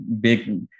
big